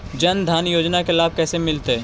जन धान योजना के लाभ कैसे मिलतै?